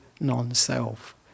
non-self